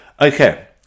Okay